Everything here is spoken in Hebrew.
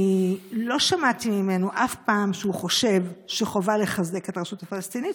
אני לא שמעתי ממנו אף פעם שהוא חושב שחובה לחזק את הרשות הפלסטינית.